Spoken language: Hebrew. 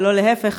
ולא להפך,